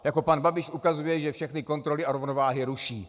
Jako pan Babiš ukazuje, že všechny kontroly a rovnováhy ruší.